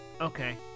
Okay